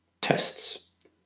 Tests